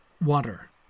water